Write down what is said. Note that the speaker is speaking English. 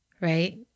right